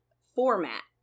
format